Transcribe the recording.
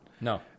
No